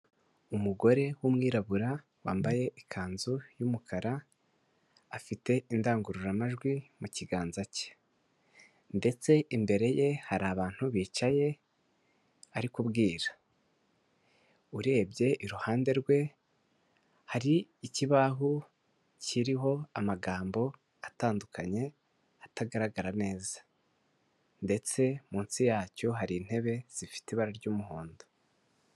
Umugore w'umwirabura wambaye ikanzu y'umukara, afite indangururamajwi mu kiganza cye ndetse imbere ye hari abantu bicaye ari kubwira. Urebye iruhande rwe hari ikibaho kiriho amagambo atandukanye, atagaragara neza ndetse munsi yacyo hari intebe zifite ibara ry'umuhondo.